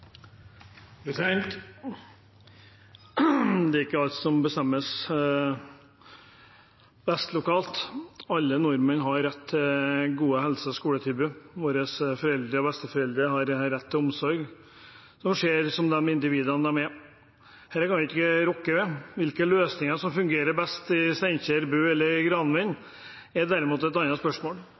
ikke alt som bestemmes best lokalt. Alle nordmenn har rett til gode helse- og skoletilbud, våre foreldre og besteforeldre har rett til omsorg som ser dem som de individene de er. Dette kan vi ikke rokke ved. Hvilke løsninger som fungerer best i Steinkjer, Bø eller Granvin, er derimot et annet spørsmål.